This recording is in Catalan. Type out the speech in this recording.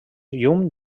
llum